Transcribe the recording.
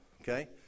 Okay